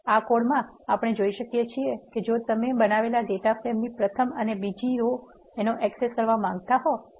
આ કોડમાં આપણે જોઈ શકીએ છીએ કે જો તમે બનાવેલા ડેટા ફ્રેમની પ્રથમ અને બીજી રો ને એક્સેસ કરવા માંગતા હોવ તો